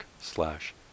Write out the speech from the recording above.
slash